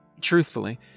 Truthfully